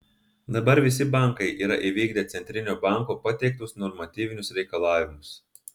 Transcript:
dabar visi bankai yra įvykdę centrinio banko pateiktus normatyvinius reikalavimus